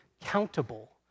countable